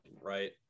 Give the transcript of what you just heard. right